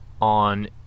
on